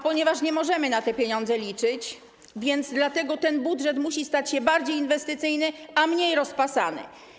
Ponieważ nie możemy na te pieniądze liczyć, ten budżet musi stać się bardziej inwestycyjny, a mniej rozpasany.